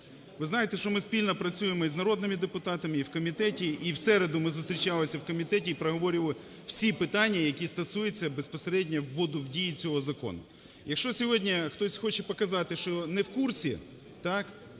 Ви знаєте, що ми спільно працюємо і з народними депутатами, і в комітеті. І в середу ми зустрічалися в комітеті і проговорювали всі питання, які стосуються безпосередньо вводу в дію цього закону. Якщо сьогодні хтось хоче показати, що не в курсі, і